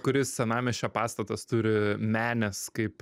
kuris senamiesčio pastatas turi menes kaip